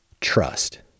Trust